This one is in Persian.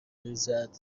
ریزد